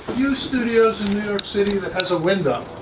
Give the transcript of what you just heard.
few studios in new york city that has a window.